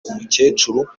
umukecuru